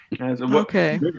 Okay